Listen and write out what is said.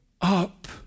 up